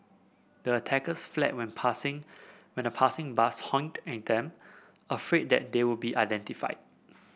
the attackers fled when passing when a passing bus honked at them afraid that they would be identified